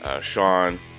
Sean